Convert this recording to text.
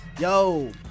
Yo